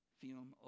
film